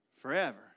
forever